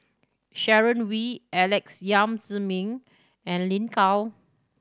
Sharon Wee Alex Yam Ziming and Lin Gao